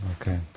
Okay